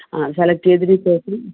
ആ സെലക്ട് ചെയ്തതിനു ശേഷം